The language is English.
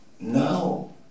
now